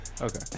Okay